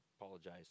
apologize